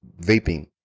vaping